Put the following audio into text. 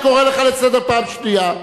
אני קורא לך לסדר פעם ראשונה.